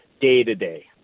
day-to-day